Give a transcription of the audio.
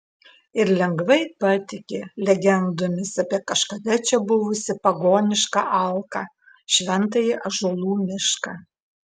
ir lengvai patiki legendomis apie kažkada čia buvusį pagonišką alką šventąjį ąžuolų mišką